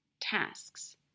tasks